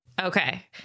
Okay